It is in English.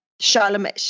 Charlemagne